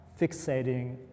fixating